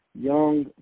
young